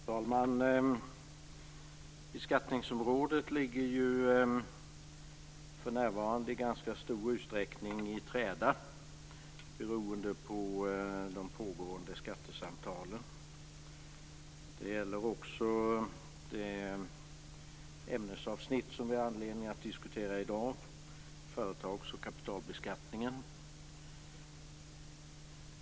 Fru talman! Beskattningsområdet ligger för närvarande i ganska stor utsträckning i träda beroende på de pågående skattesamtalen. Det gäller också det ämnesavsnitt som vi har anledning att diskutera i dag - företags och kapitalbeskattningen.